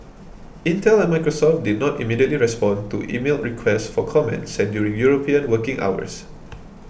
Intel and Microsoft did not immediately respond to emailed requests for comment sent during European working hours